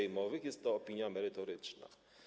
Jest to opinia merytoryczna.